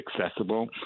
accessible